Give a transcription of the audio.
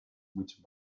which